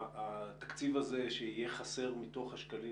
התקציב הזה שיהיה חסר מתוך השקלים